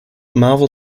marvel